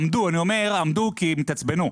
אני אומר עמדו כי הם התעצבנו,